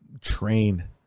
train